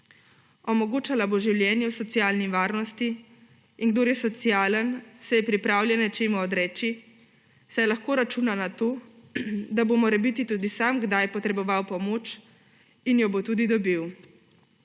Omogočala bo življenje v socialni varnosti, in kdor je socialen, se je pripravljen nečemu odreči, saj lahko računa na to, da bo morebiti tudi sam kdaj potreboval pomoč in jo bo tudi dobil.